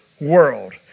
world